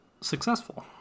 successful